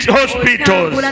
hospitals